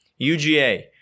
UGA